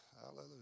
Hallelujah